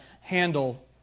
handle